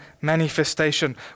manifestation